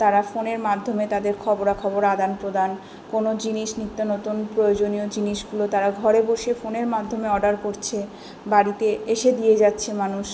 তারা ফোনের মাধ্যমে তাদের খবরাখবর আদান প্রদান কোনো জিনিস নিত্য নতুন প্রয়োজনীয় জিনিসগুলো তারা ঘরে বসে ফোনের মাধ্যমে অর্ডার করছে বাড়িতে এসে দিয়ে যাচ্ছে মানুষ